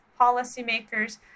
policymakers